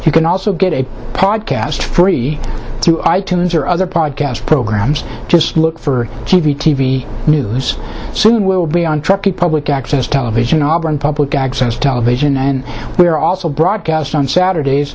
you can also get a podcast free to i tunes or other part gas programs just look for t v t v news soon will be on truckee public access television auburn public access television and we are also broadcast on saturdays